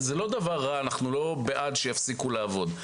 זה לא דבר רע, אנחנו לא בעד שיפסיקו לעבוד.